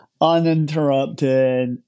uninterrupted